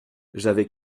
j’avais